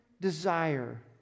desire